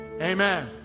amen